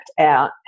out